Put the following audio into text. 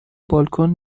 بالکن